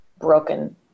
broken